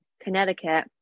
Connecticut